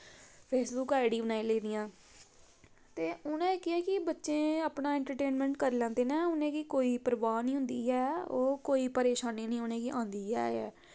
Facebook आईडियां बनाई लेदियां ते उनें केह् ऐ कि बच्चे अपना एन्टरटेनमैंट करी लैंदे नै उनेंगी कोई परवाह् नी होंदी ऐ ओह् कोई परेशानी नी उनेंई आंदी ऐ